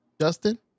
Justin